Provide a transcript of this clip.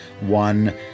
one